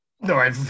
No